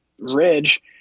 ridge